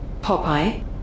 Popeye